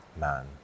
man